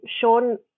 Sean